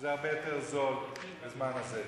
שזה הרבה יותר זול בזמן הזה?